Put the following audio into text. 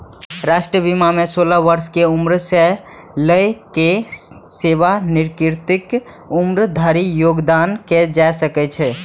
राष्ट्रीय बीमा मे सोलह वर्ष के उम्र सं लए कए सेवानिवृत्तिक उम्र धरि योगदान कैल जा सकैए